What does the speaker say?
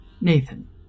Nathan